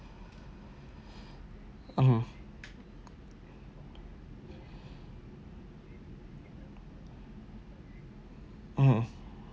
mmhmm mmhmm